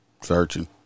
Searching